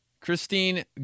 Christine